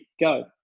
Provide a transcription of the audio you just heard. go